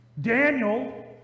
Daniel